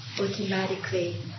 automatically